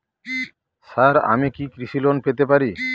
Sir আমি কি কৃষি লোন পেতে পারি?